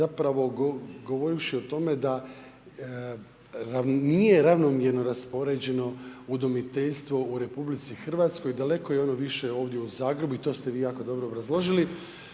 zapravo govorivši o tome da nije ravnomjerno raspoređeno udomiteljstvo u RH, daleko je ono više u Zagrebu i to ste vi jako dobro obrazložili